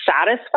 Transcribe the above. satisfied